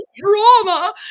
drama